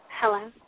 Hello